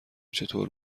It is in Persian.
چطور